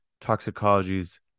toxicology's